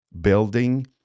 building